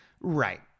Right